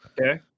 Okay